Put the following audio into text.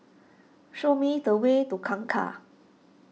show me the way to Kangkar